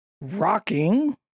rocking